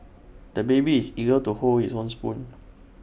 the baby is eager to hold his own spoon